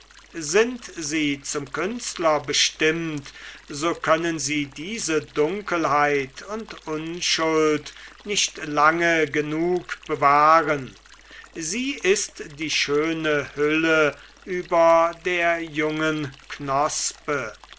sind sie zum künstler bestimmt so können sie diese dunkelheit und unschuld nicht lange genug bewahren sie ist die schöne hülle über der jungen knospe